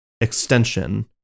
extension